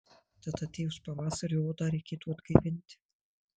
tad atėjus pavasariui odą reikėtų atgaivinti